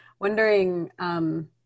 wondering